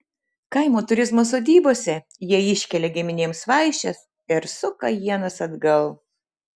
kaimo turizmo sodybose jie iškelia giminėms vaišes ir suka ienas atgal